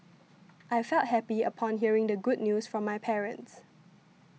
I felt happy upon hearing the good news from my parents